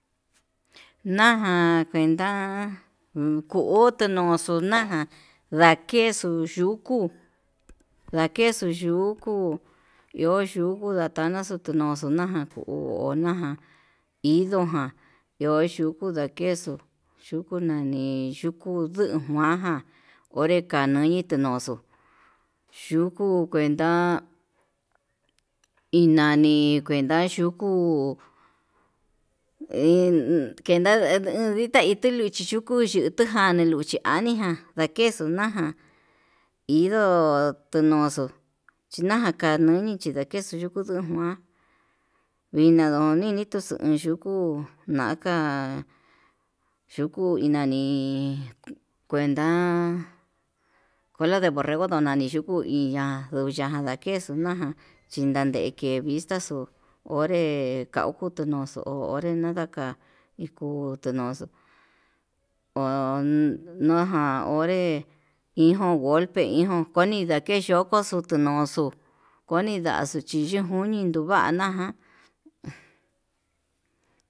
Najan kuenta ko'oxo naján ndakexu yukuu, ndakexuu yukuu iho yuku ndajanaxu tuyuxu najan ko'o naján inojan iho yuku ndakexuu yuku nani yukuu ndukuanjan, ore kanuyi tinoxo yuu katu kuenta iin nani kuenta yuku kenda ditá ituu luchí yuku yutuján ndeluchi aniján kexu naján indó tunuxu chinaja nuni kendakexu yuku ndujuan vna nduu nini tuu yuku naka yukuu inani, kuenta cola de borrego ndo nani yuku iña'a na'a yundanga nakexu naján chinandeke vista xo'o onre kau kutu nuxuu, ndenadaka ndiku tenaxuu onaján onré hijón golé hijón konii ndaketu ño'o xo'o ndikutunuxu tuu koni ndaxo chí yenjuini tuvana ján.